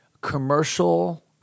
commercial